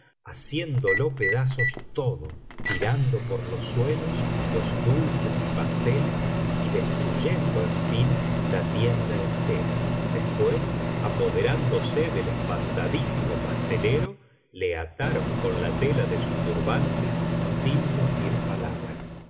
haciéndolo pedazos todo tirando por los suelos los dulces y pasteles y destruyendo en fin la tienda entera después apoderándose del espantadísimo pastelero le ataron con la tela de su turbante sin decir palabra